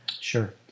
Sure